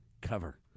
cover